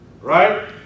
Right